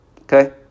okay